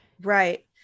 Right